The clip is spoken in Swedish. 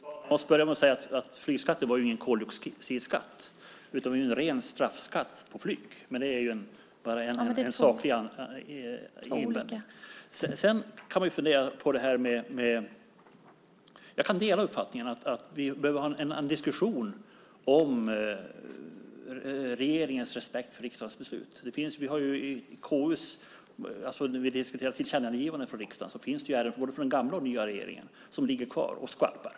Fru talman! Jag måste börja med att säga att flygskatten inte var någon koldioxidskatt utan var en ren straffskatt på flyg. Men det är bara en saklig invändning. Jag kan dela uppfattningen att vi behöver ha en diskussion om regeringens respekt för riksdagens beslut. När vi i KU har diskuterat tillkännagivanden från riksdagen har det funnits ärenden från både den gamla och den nya regeringen som ligger kvar och skvalpar.